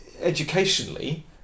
educationally